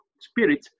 spirit